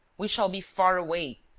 we shall be far away.